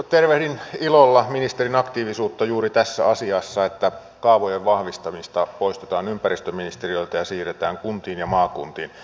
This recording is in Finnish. tervehdin ilolla ministerin aktiivisuutta juuri tässä asiassa että kaavojen vahvistamista poistetaan ympäristöministeriöltä ja siirretään kuntiin ja maakuntiin